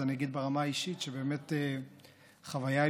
אז אני אגיד ברמה האישית שהחוויה היא